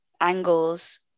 angles